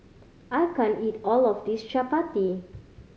I can't eat all of this Chapati